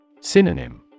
Synonym